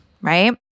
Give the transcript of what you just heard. right